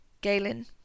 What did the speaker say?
Galen